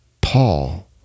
Paul